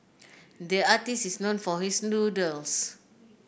the artist is known for his doodles